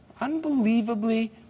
Unbelievably